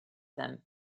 them